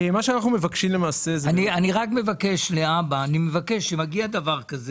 אני רק מבקש להבא שכשמגיע דבר כזה